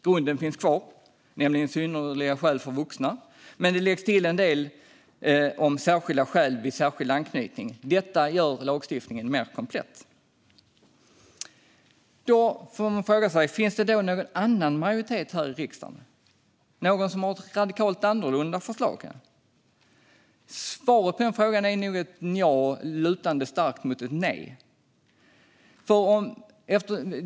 Grunden finns kvar, nämligen synnerliga skäl för vuxna, men det läggs till en del om särskilda skäl vid särskild anknytning. Detta gör lagstiftningen mer komplett. Då får man fråga sig: Finns det någon annan majoritet här i riksdagen? Finns det någon som har ett radikalt annorlunda förslag? Svaret på den frågan är nog ett nja som är starkt lutande mot att bli ett nej.